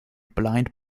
blind